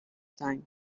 time